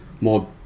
more